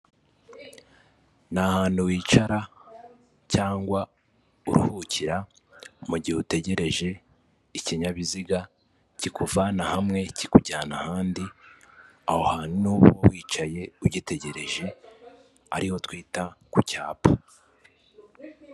Ni ahantu wicara cyangwa uruhukira mugihe utegereje ikinyabiziga kikuvana hamwe kikujyana ahandi aho hantu uba wicaye ugitegereje ariho twita ku cyapa.